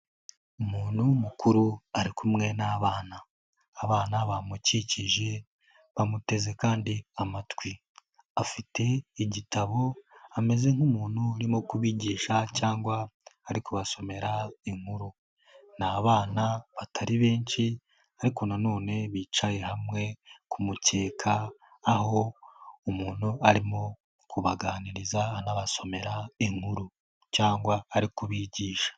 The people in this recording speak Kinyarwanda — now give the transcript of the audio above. Umuntu mukuru ari kumwe n'abana, abana bamukikije bamuteze kandi amatwi. Afite igitabo ameze nk'umuntu urimo kubigisha cyangwa ari kubasomera inkuru. Ni abana batari benshi ariko nanone bicaye hamwe ku mukeka, aho umuntu arimo kubaganiriza anabasomera inkuru cyangwa ari kubigisha.